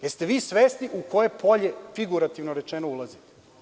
Jeste vi svesni u koje polje, figurativno rečeno, ulazite?